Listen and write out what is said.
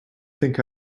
think